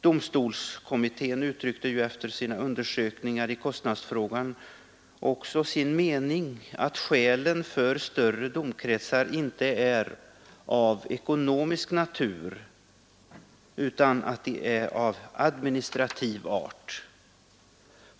Domstolskommittén uttryckte efter sina undersökningar i kostnadsfrågan också som sin mening att skälen för större domkretsar inte är av ekonomisk natur utan av administrativ art.